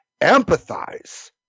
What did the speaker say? empathize